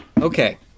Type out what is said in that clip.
Okay